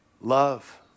love